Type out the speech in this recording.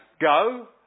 go